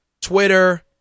twitter